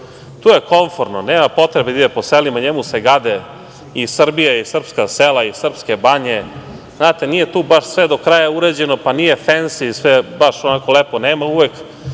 Tu je komforno, nema potrebe da ide po selima, njemu se gade i Srbija i srpska sela i srpske banje. Znate, nije tu baš sve do kraja uređeno, pa nije fensi sve, baš onako lepo, nema uvek